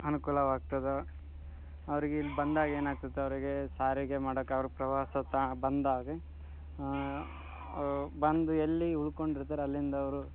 ಅನುಕೂಲವಾಗ್ತದೆ ಅವ್ರಿಗೆ ಇಲ್ಲಿ ಬಂದಾಗ ಏನಾಗ್ತದೆ ಅವರಿಗೆ ಸಾರಿಗೆ ಮಾಡೋಕ್ಕೆ ಅವ್ರು ಪ್ರವಾಸ ತಾಣ ಬಂದಾಗ ಬಂದು ಎಲ್ಲಿ ಉಳ್ಕೊಂಡು ಇರ್ತಾರೆ ಅಲ್ಲಿಂದ ಅವರು